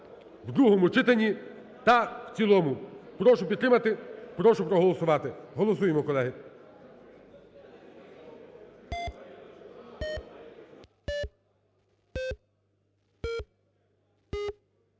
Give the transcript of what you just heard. в другому читанні та в цілому. Прошу підтримати. Прошу проголосувати. Голосуємо, колеги.